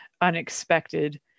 unexpected